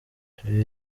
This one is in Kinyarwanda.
turi